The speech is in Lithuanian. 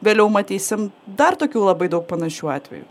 vėliau matysim dar tokių labai daug panašių atvejų